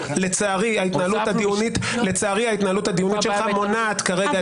לצערי ההתנהלות הדיונית שלך מונעת כרגע את הקמת הוועדה.